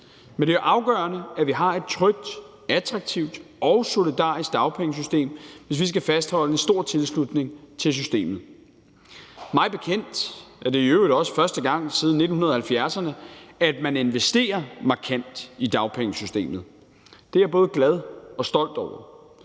Men det er jo afgørende, at vi har et trygt, attraktivt og solidarisk dagpengesystem, hvis vi skal fastholde en stor tilslutning til systemet. Mig bekendt er det i øvrigt også første gang siden 1970'erne, at man investerer markant i dagpengesystemet. Det er jeg både glad og stolt over,